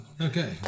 Okay